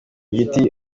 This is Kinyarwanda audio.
giti